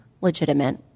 legitimate